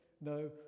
no